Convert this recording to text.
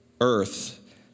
earth